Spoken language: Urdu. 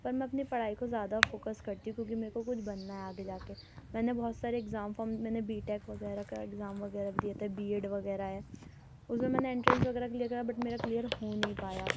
پر میں اپنی پڑھائی کو زیادہ فوکس کرتی ہوں کیونکہ میرے کو کچھ بننا ہے آگے جا کے میں نے بہت سارے اگزام فام میں نے بی ٹیک وغیرہ کا اگزام وغیرہ بھی دیا تھا بی ایڈ وغیرہ ہے اُس میں میں نے انٹرس وغیرہ دیا تھا بٹ میرا کلیئر ہو نہیں پایا